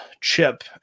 chip